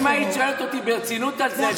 אם היית שואלת אותי ברצינות על זה.